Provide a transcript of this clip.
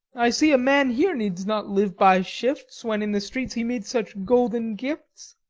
i see a man here needs not live by shifts, when in the streets he meets such golden gifts.